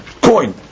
coin